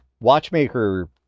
watchmaker